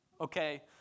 okay